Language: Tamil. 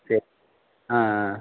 சரி ஆ ஆ